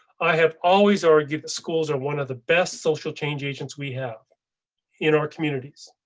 i have always argued the schools are one of the best social change agents we have in our communities.